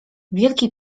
wielki